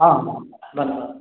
ହଁ ହଁ ଧନ୍ୟବାଦ